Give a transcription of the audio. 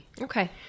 Okay